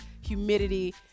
humidity